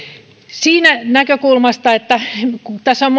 siitä näkökulmasta että monessa puheenvuorossa on